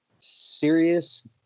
serious